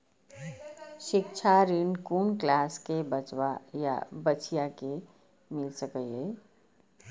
शिक्षा ऋण कुन क्लास कै बचवा या बचिया कै मिल सके यै?